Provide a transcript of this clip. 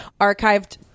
archived